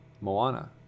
Moana